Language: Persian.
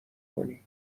کنی